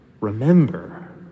remember